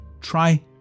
try